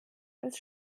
als